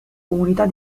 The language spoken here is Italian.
comunità